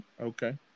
Okay